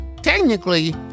Technically